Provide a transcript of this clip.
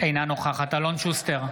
אינה נוכחת אלון שוסטר,